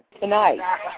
tonight